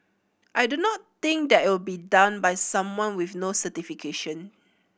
I do not think that will be done by someone with no certification